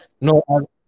No